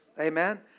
Amen